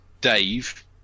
Dave